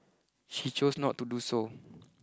she chose not to do so